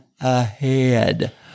ahead